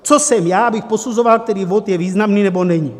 Co jsem já, abych posuzoval, který bod je významný nebo není?